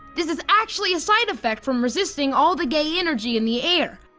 this is actually a side effect from resisting all the gay energy in the air.